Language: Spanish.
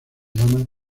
llama